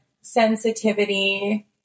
sensitivity